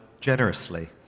generously